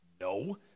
No